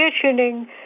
conditioning